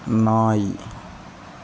நாய்